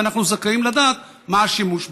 ואנחנו זכאים לדעת מה השימוש בהם.